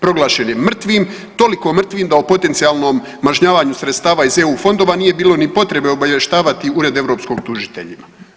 Proglašen je mrtvim, toliko mrtvim da o potencijalnom mažnjavanju sredstava iz EU fondova nije bilo ni potrebe obavještavati Ured europskog tužitelja.